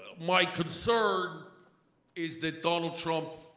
my concern is that donald trump,